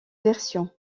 versions